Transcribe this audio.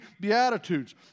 Beatitudes